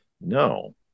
No